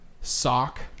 sock